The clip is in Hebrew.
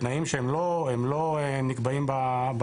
תנאים שהם לא נקבעים בתקנות,